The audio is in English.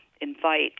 invite